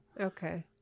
Okay